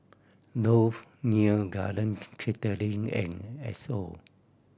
Dove Neo Garden Catering and Asos